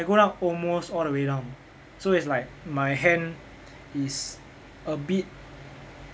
I go down almost all the way down so it's like my hand is a bit